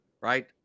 Right